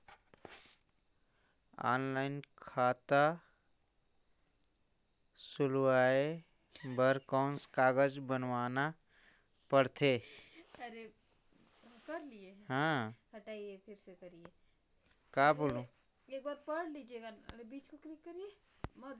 Online खाता खुलवाय बर कौन कागज बनवाना पड़थे?